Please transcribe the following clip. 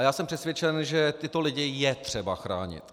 Já jsem přesvědčen, že tyto lidi je třeba chránit.